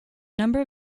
number